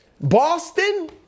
Boston